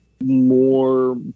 more